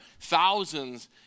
thousands